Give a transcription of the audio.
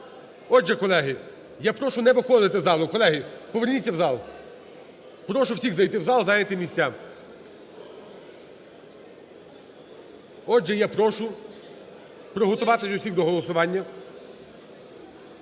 Отже, колеги, я прошу не виходити із залу. Колеги, поверніться у зал. Прошу всіх зайти у зал і зайняти місця. Отже, я прошу приготуватись всіх до голосування.